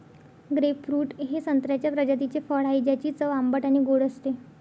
grapefruit हे संत्र्याच्या प्रजातीचे फळ आहे, ज्याची चव आंबट आणि गोड असते